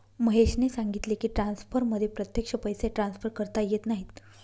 महेशने सांगितले की, ट्रान्सफरमध्ये प्रत्यक्ष पैसे ट्रान्सफर करता येत नाहीत